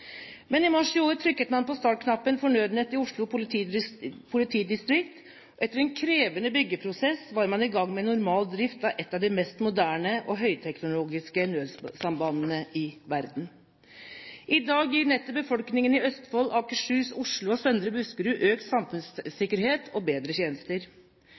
Men i mars i år trykket man på startknappen for Nødnett i Oslo politidistrikt. Etter en krevende byggeprosess var man i gang med normal drift av et av de mest moderne og høyteknologiske nødsambandene i verden. I dag gir nettet befolkningen i Østfold, Akershus, Oslo og Søndre Buskerud økt samfunnssikkerhet og bedre tjenester.